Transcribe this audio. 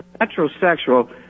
metrosexual